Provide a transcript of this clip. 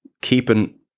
keeping